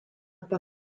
per